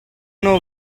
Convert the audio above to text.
know